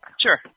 Sure